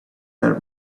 had